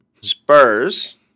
Spurs